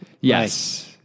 Yes